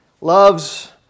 loves